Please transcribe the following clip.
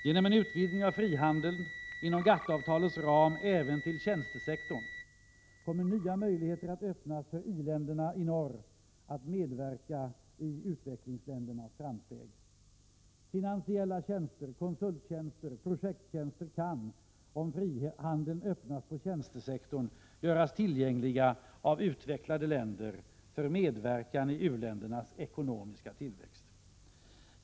Genom en utvidgning av frihandeln inom GATT-avtalets ram även till tjänstesektorn, kommer nya möjligheter att öppnas för i-länderna i norr att medverka i utvecklingsländernas framsteg. Finansiella tjänster, konsulttjänster och projekttjänster kan, om frihandeln öppnas på tjänstesektorn, göras tillgängliga av utvecklade länder för medverkan i u-ländernas ekonomiska tillväxt.